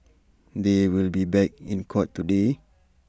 they will be back in court today